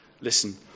listen